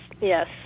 yes